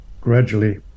gradually